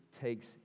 takes